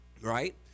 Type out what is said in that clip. right